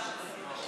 ההסתייגות של